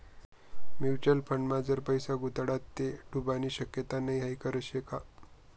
Mutual फंडमा जर पैसा गुताडात ते बुडानी शक्यता नै हाई खरं शेका?